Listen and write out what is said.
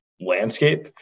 landscape